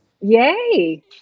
Yay